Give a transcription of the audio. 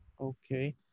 Okay